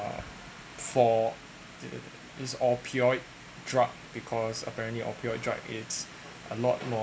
uh for this opioid drug because apparently of opioid is a lot more